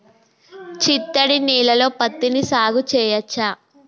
చిత్తడి నేలలో పత్తిని సాగు చేయచ్చా?